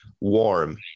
warm